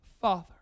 father